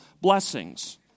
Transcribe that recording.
blessings